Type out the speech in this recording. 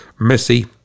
Missy